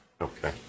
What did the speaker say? Okay